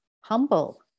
humble